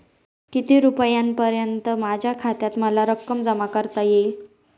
किती रुपयांपर्यंत माझ्या खात्यात मला रक्कम जमा करता येईल?